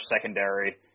secondary